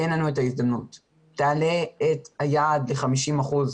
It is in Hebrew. תן לנו את ההזדמנות , תעלה את היעד ל-50 אחוזים.